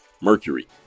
mercury